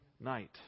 night